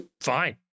fine